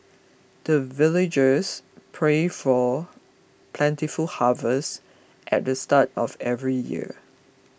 the villagers pray for plentiful harvest at the start of every year